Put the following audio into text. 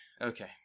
okay